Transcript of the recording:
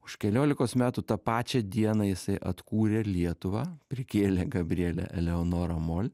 už keliolikos metų tą pačią dieną jisai atkūrė lietuvą prikėlė gabrielę eleonorą mol